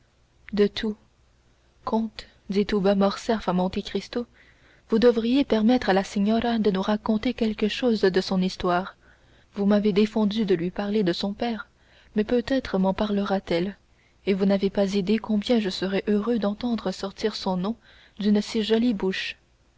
de tout comte dit tout bas morcerf à monte cristo vous devriez permettre à la signora de nous raconter quelque chose de son histoire vous m'avez défendu de lui parler de mon père mais peut-être m'en parlera t elle et vous n'avez pas idée combien je serais heureux d'entendre sortir son nom d'une si jolie bouche